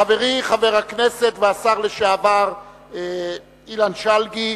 חברי חבר הכנסת והשר לשעבר אילן שלגי,